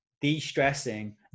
de-stressing